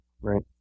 Right